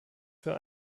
für